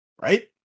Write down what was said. right